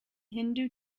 hindu